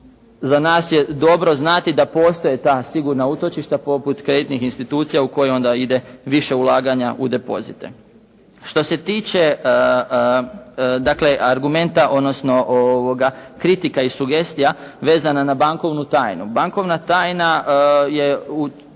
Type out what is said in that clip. Za nas je dobro znati da postoje ta sigurna utočišta poput kreditnih institucija u koje onda ide više ulaganja u depozite. Što se tiče, dakle argumenta, odnosno kritika i sugestija vezana na bankovnu tajnu. Bankovna tajna je u